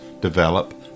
develop